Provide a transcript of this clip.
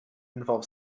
involve